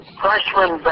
freshman